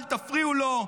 אל תפריעו לו,